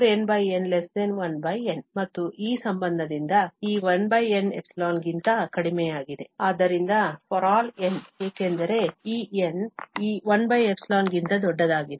ಮತ್ತು ಈ ಸಂಬಂಧದಿಂದ ಈ 1n ϵ ಗಿಂತ ಕಡಿಮೆಯಾಗಿದೆ ಆದ್ದರಿಂದ ∀ n ಏಕೆಂದರೆ ಈ N ಈ 1 ಗಿಂತ ದೊಡ್ಡದಾಗಿದೆ